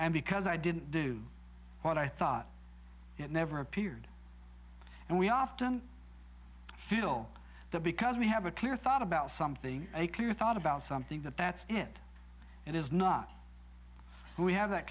and because i didn't do what i thought it never appeared and we often feel that because we have a clear thought about something a clear thought about something that that's it it is not we have that